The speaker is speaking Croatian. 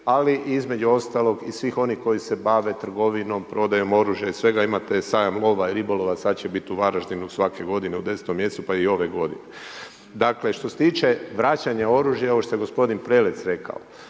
Ali između ostalog i svih onih koji se bave trgovinom, prodajom oružja, i svega imate sajam lova i ribolova sad će biti u Varaždinu svake godine u desetom mjesecu, pa i ove godine. Dakle, što se tiče vračanja oružja ovo što je gospodin Prelec rekao,